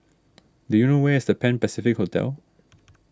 do you know where is the Pan Pacific Hotel